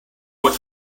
what